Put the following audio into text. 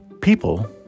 People